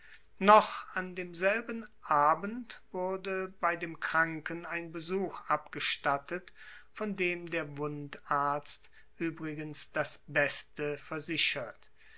noch an demselben abend wurde bei dem kranken ein besuch abgestattet von dem der wundarzt übrigens das beste versichert